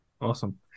Awesome